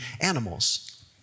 animals